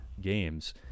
games